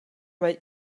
mae